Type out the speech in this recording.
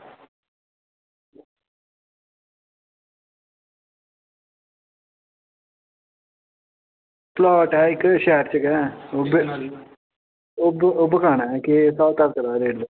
ते ओह् बिकानी ऐ उसदा रेट